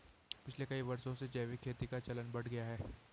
पिछले कई वर्षों में जैविक खेती का चलन बढ़ गया है